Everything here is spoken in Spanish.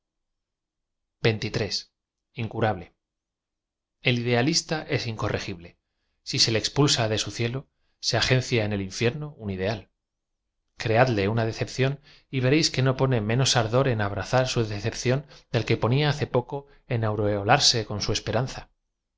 x incurable e l idealista es iucorregible si se le expulsa de su cielo se agencia en el infierno un ideal creadle una decepción y veréis que no pone menos ardor en abra za r su decepción del que ponía hace poco en aureo larse con su